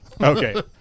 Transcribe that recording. Okay